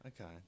Okay